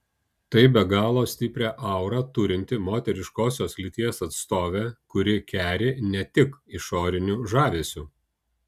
tai be galo stiprią aurą turinti moteriškosios lyties atstovė kuri keri ne tik išoriniu žavesiu